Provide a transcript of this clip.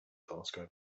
telescope